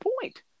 point